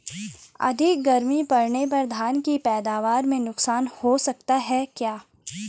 अधिक गर्मी पड़ने पर धान की पैदावार में नुकसान हो सकता है क्या?